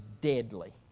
deadly